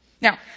Now